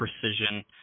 precision